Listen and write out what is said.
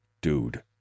Dude